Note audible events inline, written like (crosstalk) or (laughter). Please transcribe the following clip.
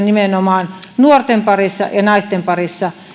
(unintelligible) nimenomaan nuorten parissa ja naisten parissa